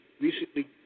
recently